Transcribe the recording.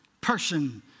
person